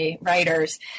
writers